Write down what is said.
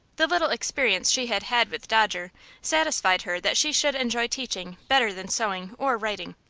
the little experience she had had with dodger satisfied her that she should enjoy teaching better than sewing or writing.